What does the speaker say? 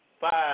five